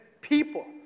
people